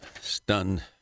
stunned